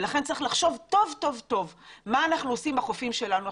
לכן צריך לחשוב טוב טוב מה אנחנו עושים עם החופים שלנו.